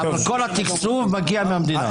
אבל כל התקצוב מגיע מהמדינה.